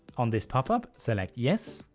on this pop-up select yes,